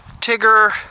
Tigger